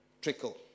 trickle